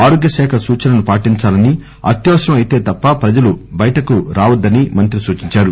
ఆరోగ్య శాఖ సూచనలను పాటించాలని అత్యవసరం అయితే తప్ప ప్రజలు బయటకు రావద్దని మంత్రి సూచించారు